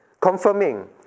confirming